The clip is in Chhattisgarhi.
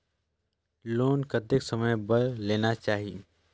लोन कतेक समय बर लेना चाही?